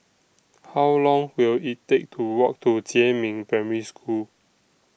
How Long Will IT Take to Walk to Jiemin Primary School